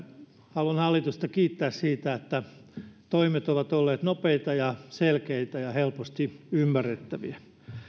haluan hallitusta kiittää siitä että toimet ovat olleet nopeita ja selkeitä ja helposti ymmärrettäviä